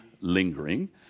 lingering